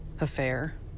affair